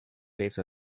lebte